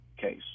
case